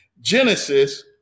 Genesis